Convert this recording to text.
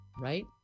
right